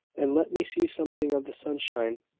and let me see something of the sunshine.